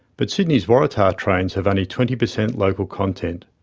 but sydney's waratah trains have only twenty percent local content,